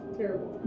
terrible